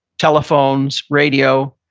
telephones, radio,